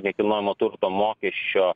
nekilnojamo turto mokesčio